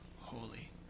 holy